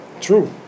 True